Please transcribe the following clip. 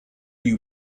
you